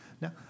Now